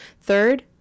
Third